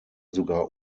sogar